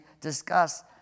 discuss